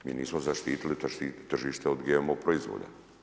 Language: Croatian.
Mi nismo zaštitili tržište od GMO proizvoda.